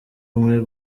umwe